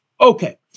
Okay